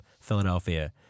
Philadelphia